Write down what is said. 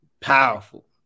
Powerful